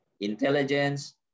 intelligence